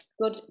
good